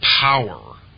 power